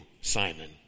Simon